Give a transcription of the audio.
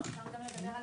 אני מדבר על